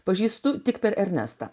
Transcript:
pažįstu tik per ernestą